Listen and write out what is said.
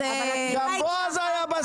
אבל התמיכה הגיעה